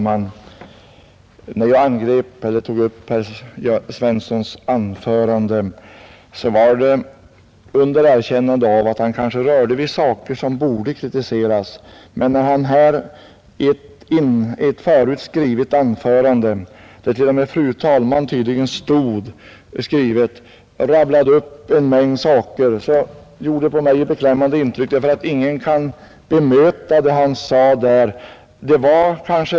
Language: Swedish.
Herr talman! Jag tog upp herr Svenssons i Malmö anförande under erkännande av att han kanske rörde vid förhållanden som borde kritiseras, men när han här i ett i förväg skrivet anförande — där t.o.m. ”fru talman” tydligen stod i manuskriptet — rabblade upp en mängd saker gjorde det på mig ett beklämmande intryck. Ingen kan ju direkt granska det han sade.